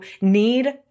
need